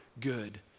good